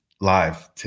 live